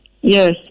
Yes